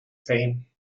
same